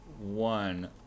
one